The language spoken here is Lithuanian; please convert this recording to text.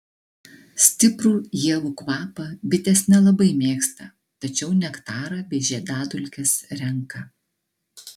stiprų ievų kvapą bitės nelabai mėgsta tačiau nektarą bei žiedadulkes renka